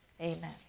Amen